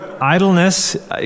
Idleness